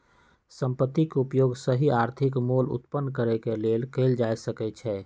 संपत्ति के उपयोग सही आर्थिक मोल उत्पन्न करेके लेल कएल जा सकइ छइ